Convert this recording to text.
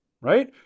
Right